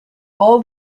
all